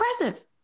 impressive